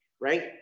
Right